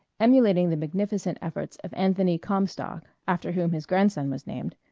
emulating the magnificent efforts of anthony comstock, after whom his grandson was named,